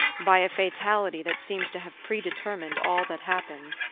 by a fatality that seems to have predetermined all that happened,